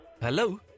Hello